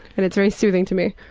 and it's very soothing to me.